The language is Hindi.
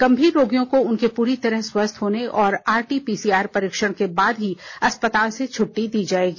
गंभीर रोगियों को उनके पूरी तरह स्वस्थ होने और आरटी पीसीआर परीक्षण के बाद ही अस्पताल से छुट्टी दी जाएगी